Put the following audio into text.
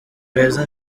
beza